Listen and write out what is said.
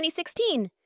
2016